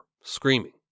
screaming